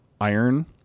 iron